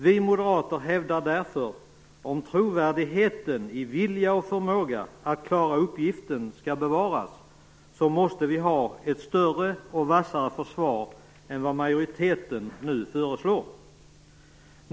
Vi moderater hävdar därför att om trovärdigheten i vilja och förmåga att klara uppgiften skall bevaras måste vi ha ett större och vassare försvar än vad majoriteten nu föreslår.